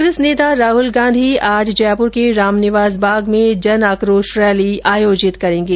कांग्रेस नेता राहुल गांधी आज जयपुर के राम निवास बाग में जन आक्रोश रैली को संबोधित करेंगे